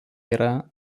yra